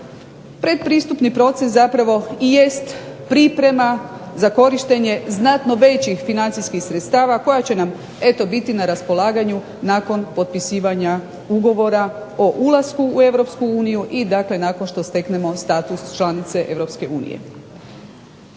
Pretpristupni proces zapravo i jest priprema za korištenje znatno većih financijskih sredstava koja će nam biti na raspolaganju nakon potpisivanja ugovora o ulasku u EU i nakon što steknemo status članice EU.